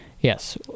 Yes